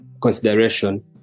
consideration